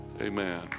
Amen